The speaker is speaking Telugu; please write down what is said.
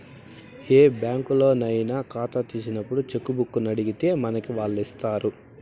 ఏ బ్యాంకులోనయినా కాతా తీసినప్పుడు చెక్కుబుక్కునడిగితే మనకి వాల్లిస్తారు